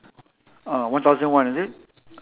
ah one thousand one is it